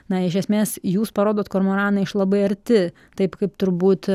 na iš esmės jūs parodot kormoraną iš labai arti taip kaip turbūt